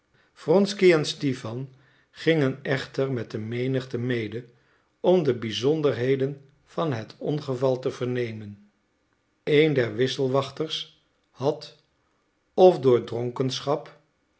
en stipan gingen echter met de menigte mede om de bizonderheden van het ongeval te vernemen een der wisselwachters had f door dronkenschap